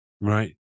Right